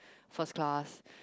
first class